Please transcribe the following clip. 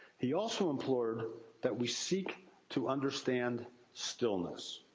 he also implored that we seek to understand stillness.